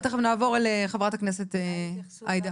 ותיכף נעבור לחברת הכנסת עאידה.